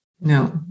No